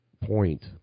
point